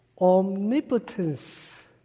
omnipotence